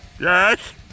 Yes